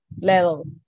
level